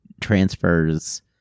transfers